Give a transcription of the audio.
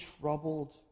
troubled